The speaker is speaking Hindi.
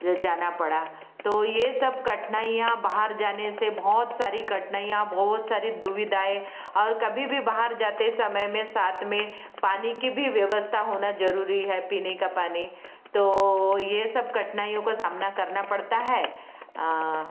जाना पड़ा तो ये सब कठिनाइयाँ बाहर जाने से बहुत सारी कठिनाइयाँ बहोत सारी दुविधाएँ और कभी भी बाहर जाते समय में साथ में पानी की भी व्यवस्था होना ज़रूरी है पीने का पानी तो ये सब कठिनाइयों का सामना करना पड़ता है